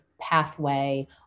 pathway